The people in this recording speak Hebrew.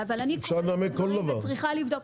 אבל אני קוראת דברים וצריכה לבדוק.